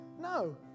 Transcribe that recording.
No